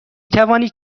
توانید